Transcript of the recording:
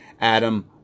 Adam